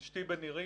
אשתי בנירים,